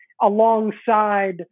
alongside